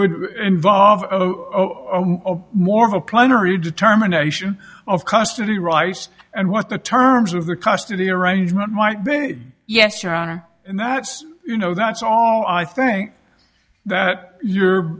would involve more of a plenary determination of custody rice and what the terms of the custody arrangement might be yes your honor and that's you know that's all i think that you're